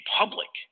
public